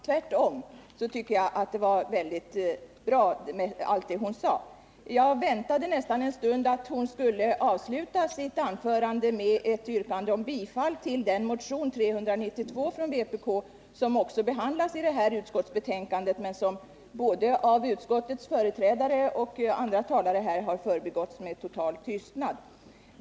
Herr talman! Jag har inte någon som helst anledning att på någon punkt bemöta Marianne Stålberg; tvärtom tycker jag att allt det hon sade var väldigt bra. Jag väntade en stund nästan att hon skulle avsluta sitt anförande med ett yrkande om bifall till den motion, nr 392, från vänsterpartiet kommunisterna som också behandlas i det här utskottsbetänkandet men som av både utskottets företrädare och andra talare här har förbigåtts med total tystnad.